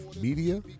Media